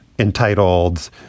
Entitled